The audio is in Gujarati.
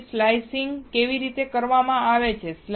તેથી સ્લાયસીંગ કેવી રીતે કરવામાં આવે છે